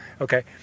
okay